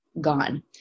gone